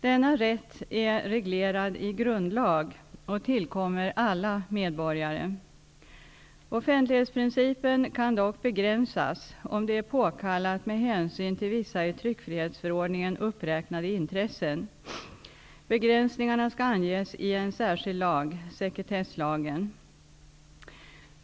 Denna rätt är reglerad i grundlag och tillkommer alla medborgare. Offentlighetsprincipen kan dock begränsas om det är påkallat med hänsyn till vissa i tryckfrihetsförordningen uppräknade intressen. Begränsningarna skall anges i en särskild lag, sekretesslagen.